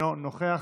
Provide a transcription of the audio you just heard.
אינו נוכח.